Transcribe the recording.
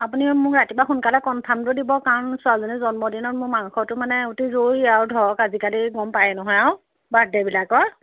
আপুনি মোক ৰাতিপুৱা সোনকালে কনফাৰ্মটো দিব কাৰণ ছোৱালীজনীৰ জন্ম দিনত মোৰ মাংসটো মানে অতি জৰুৰী আৰু ধৰক আজিকালি গম পায়ে নহয় আৰু বাৰ্থডেবিলাকৰ